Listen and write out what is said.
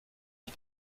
ich